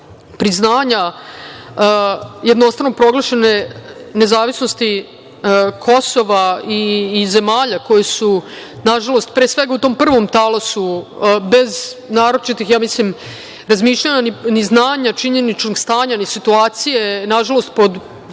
priznanja jednostrano proglašene nezavisnosti Kosova i zemalja koji su, nažalost, pre svega, u tom prvom talasu bez naročitih, ja mislim, razmišljanja ni znanja činjeničnog stanja, ni situacije, nažalost, pre